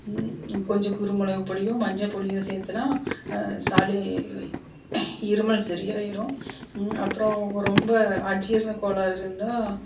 கொஞ்ச குருமிளகு பொடியும் மஞ்சபொடியும் சேர்த்துனா சளி இருமல் சரியாயிரும் அப்புறம் ரொம்ப அஜீரண கோளாறு இருந்தா